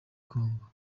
congo